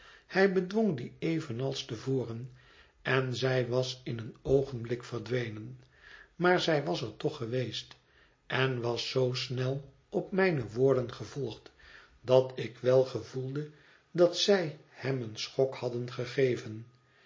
hij bedwong die evenals te voren en zij was in een oogenblik verdwenen maar zij was er toch geweest en was zoo snel op mijne woorden gevolgd dat ik wel gevoelde dat zij hem eèn schok hadden gegeven